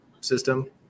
system